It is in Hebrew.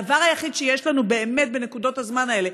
הדבר היחיד שיש לנו באמת בנקודות הזמן האלה